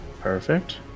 Perfect